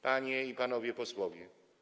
Panie i Panowie Posłowie!